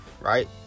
right